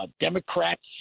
Democrats